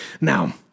Now